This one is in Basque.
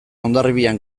hondarribian